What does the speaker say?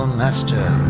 master